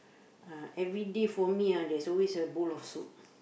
uh every day for me ah there's always a bowl of soup